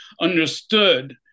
understood